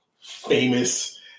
famous